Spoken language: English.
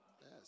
Yes